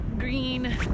green